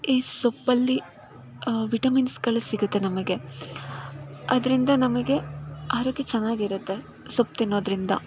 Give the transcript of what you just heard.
ಈ ಸೊಪ್ಪಲ್ಲಿ ವಿಟಮಿನ್ಸ್ಗಳು ಸಿಗುತ್ತೆ ನಮಗೆ ಅರಿಂದದ ನಮಗೆ ಆರೋಗ್ಯ ಚೆನ್ನಾಗಿರುತ್ತೆ ಸೊಪ್ಪು ತಿನ್ನೋರಿಂದ